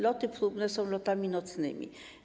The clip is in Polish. Loty próbne są lotami nocnymi.